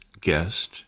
guest